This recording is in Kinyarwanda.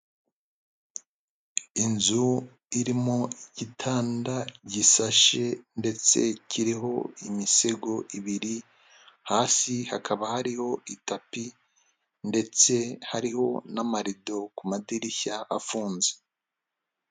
Inzu irimo igitanda gisashe ndetse kiriho imisego ibiri hasi hakaba hariho itapi ndetse hariho n'amarido ku madirishya afunze.